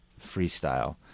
freestyle